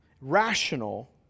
rational